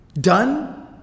done